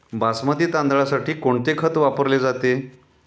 बासमती तांदळासाठी कोणते खत वापरले जाते?